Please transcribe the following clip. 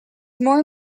more